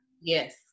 Yes